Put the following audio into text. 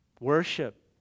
Worship